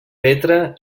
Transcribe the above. petra